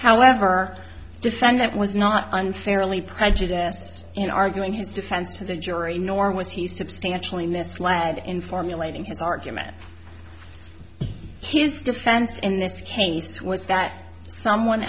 however defendant was not unfairly prejudice in arguing his defense to the jury nor was he substantially misled in formulating his argument his defense in this case was that someone